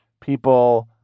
people